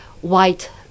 white